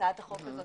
הצעת החוק הזו